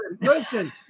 Listen